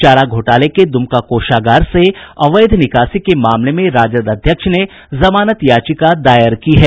चारा घोटाले के दुमका कोषागार से अवैध निकासी के मामले में राजद अध्यक्ष ने जमानत याचिका दाखिल की है